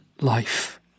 life